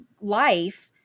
life